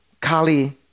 kali